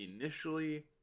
initially